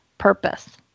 Purpose